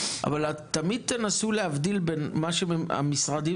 אבל תמיד תנסו להבדיל בין מה שהמשרדים